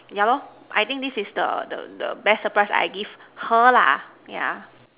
ya lor I think this is the the the best surprise that I give her lah yeah